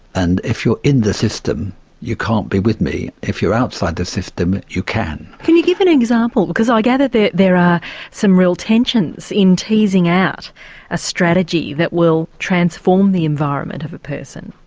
and if you're in the system you can't be with me if you're outside the system you can. can you give an example, because i gather there are some real tensions in teasing out a strategy that will transform the environment of a person?